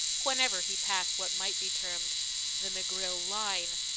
whenever he passed what might be termed the mcgrill line.